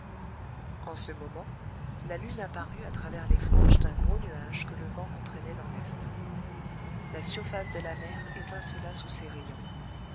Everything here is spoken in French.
moment la lune apparut à travers les franges d'un gros nuage que le vent entraînait dans l'est la surface de la mer étincela sous ses rayons